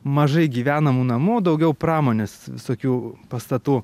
mažai gyvenamų namų daugiau pramonės visokių pastatų